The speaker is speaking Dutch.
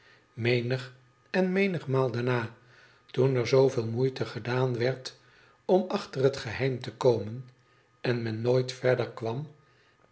menig en menigmaal daarna toen er zooveel moeite gedaan werd om achter het geheim te komen en men nooit verder kwam